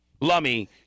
Lummy